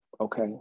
Okay